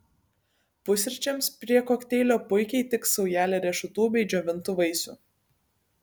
pusryčiams prie kokteilio puikiai tiks saujelė riešutų bei džiovintų vaisių